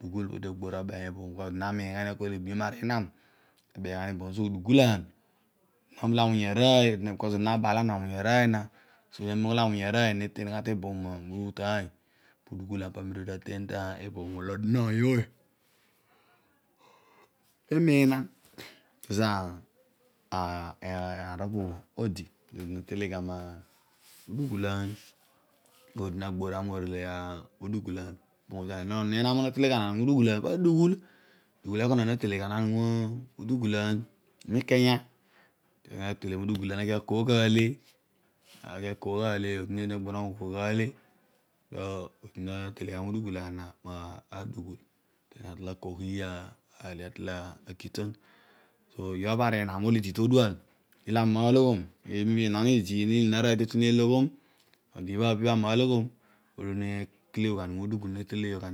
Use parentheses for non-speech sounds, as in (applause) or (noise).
Udugul odi agbor na beeny eboom bho bko odi namiin ghani mobho ebuyom ari nam ne beeny gha ni meboom bho obho awuny arooy, so udulaan oblo awuny arooy bkos odi nabal gha ni na wuny arooy na wuny arooy na, so ana uloghom naten gha teboom bho motaany, udugulaan po amem odi taten teboom olo odi noony ooy imiinan kezo (unintelligible) aer pobho odi, odi natele gha modugulaan, odi na gbor gha morele udugulaan den onon enam olo natele gha mudugul pa adughul na tele ghan ni modugulaan mikanyu, maan atele mudugul aki akogh ale, odi nabor gha moghogh ale adughul natele gha ni mudugul na atol akoghi male atol aki ton, so ibharoi pinam olo idi to odual olo ami uloghom im ibho netele gha